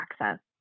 access